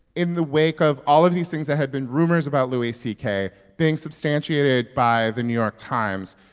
in the wake of all of these things that had been rumors about louis c k. being substantiated by the new york times,